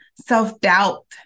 self-doubt